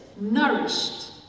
nourished